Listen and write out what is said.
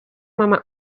mama